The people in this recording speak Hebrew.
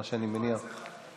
זה כבר אצלך.